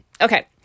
Okay